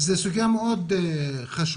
זו סוגיה מאוד חשובה,